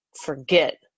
forget